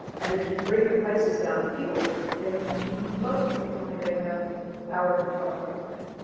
and if you bring the prices down of fuel, then most people tell me they have power for twelve hours a day.